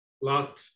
lot